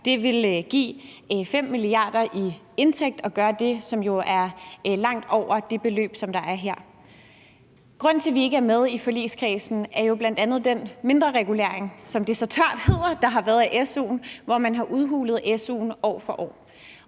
Det ville give 5 mia. kr. i indtægt at gøre det, og det er jo langt over det beløb, der er tale om her. Grunden til, at vi ikke er med i forligskredsen, er jo bl.a. den mindreregulering, som det så tørt hedder, der har været af su'en, hvor man har udhulet su'en år for år.